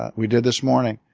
ah we did this morning.